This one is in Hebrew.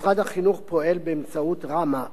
משרד החינוך פועל באמצעות ראמ"ה,